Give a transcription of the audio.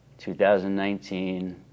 2019